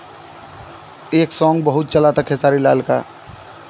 एक सोंग बहुत चला था खेसारी लाल का